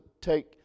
take